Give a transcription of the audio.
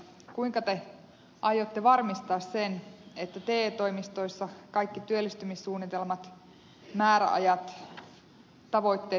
kuinka te aiotte varmistaa sen että te toimistoissa kaikki työllistymissuunnitelmat määräajat tavoitteet toteutuvat